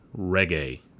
Reggae